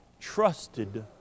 trusted